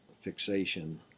fixation